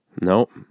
Nope